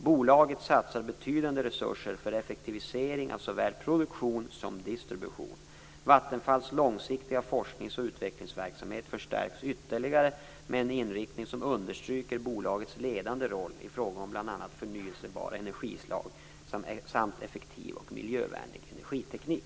Bolaget satsar betydande resurser för effektivisering av såväl produktion som distribution. Vattenfalls långsiktiga forsknings och utvecklingsverksamhet förstärks ytterligare med en inriktning som understryker bolagets ledande roll i fråga om bl.a. förnyelsebara energislag samt effektiv och miljövänlig energiteknik.